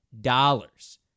dollars